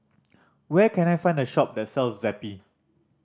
where can I find a shop that sells Zappy